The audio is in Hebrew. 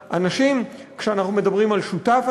כשאנחנו מדברים על שותף,